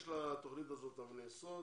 יש לתוכנית הזאת אבני יסוד